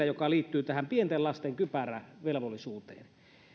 joka liittyy tähän pienten lasten kypärävelvollisuuteen on ollut täällä